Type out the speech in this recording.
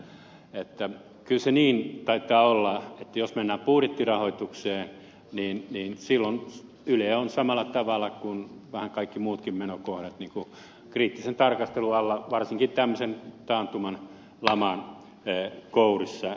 huovinen että kyllä se niin taitaa olla jos mennään budjettirahoitukseen että silloin yle on samalla tavalla kuin vähän kaikki muutkin menokohdat kriittisen tarkastelun alla varsinkin tämmöisen taantuman laman kourissa